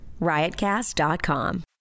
Riotcast.com